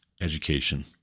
education